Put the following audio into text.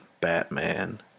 Batman